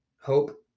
Hope